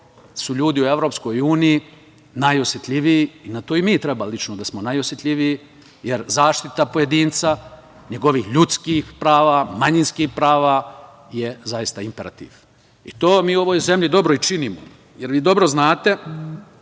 su ljudi u EU najosetljiviji i na to i mi treba da smo lično najosetljiviji, jer zaštita pojedinca, njegovih ljudskih prava, manjinskih prava je zaista imperativ. To mi u ovoj zemlji dobro i činimo, jer, vi dobro znate,